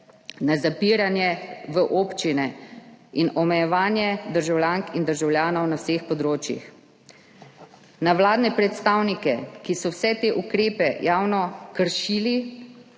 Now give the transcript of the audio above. na zapiranje v občine in omejevanje državljank in državljanov na vseh področjih, na vladne predstavnike, ki so vse te ukrepe javno kršili.